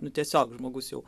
nu tiesiog žmogus jau